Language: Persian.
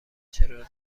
چرا